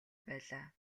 байлаа